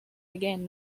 again